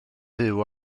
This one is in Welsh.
fyw